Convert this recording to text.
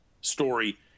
story